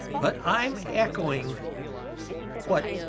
but i'm echoing what